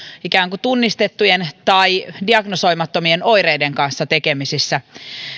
ikään kuin tunnistettujen tai diagnosoimattomien oireiden kanssa tekemisissä